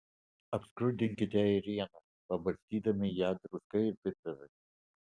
apskrudinkite ėrieną pabarstydami ją druska ir pipirais